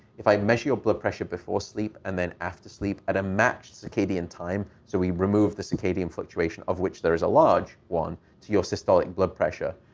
if i measure your blood pressure before sleep and then after sleep at a matched circadian time, so we remove the circadian fluctuation of which there is a large one to your systolic blood pressure,